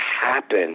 happen